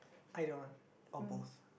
either one or both